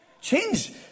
Change